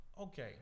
okay